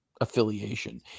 affiliation